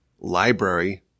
library